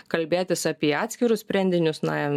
kalbėtis apie atskirus sprendinius na